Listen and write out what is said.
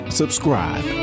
subscribe